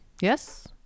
yes